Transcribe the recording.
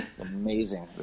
Amazing